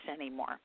anymore